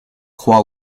croit